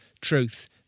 truth